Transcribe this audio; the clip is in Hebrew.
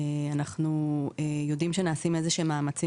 אנחנו יודעים שנעשים איזה שהם מאמצים